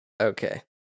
Okay